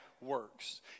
works